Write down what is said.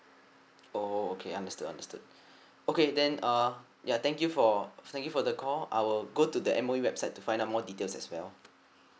oh okay understood understood okay then uh ya thank you for thank you for the call I will go to the M_O_E website to find out more details as well